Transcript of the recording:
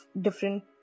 different